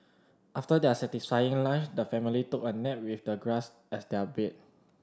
after their satisfying lunch the family took a nap with the grass as their bed